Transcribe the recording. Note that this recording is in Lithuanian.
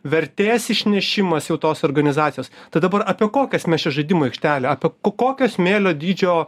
vertės išnešimas jau tos organizacijos tad dabar apie kokias mes čia žaidimų aikštelę apie kokio smėlio dydžio